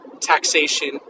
Taxation